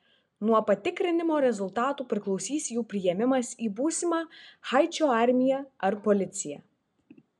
nuo patikrinimo rezultatų priklausys jų priėmimas į būsimą haičio armiją ar policiją